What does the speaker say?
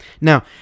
Now